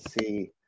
see